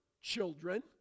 children